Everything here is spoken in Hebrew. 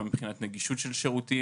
גם מבחינת נגישות של שירותים,